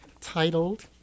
titled